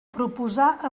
proposar